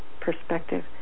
perspective